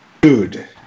Dude